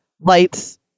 lights